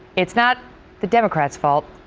it's not the democrats' fault.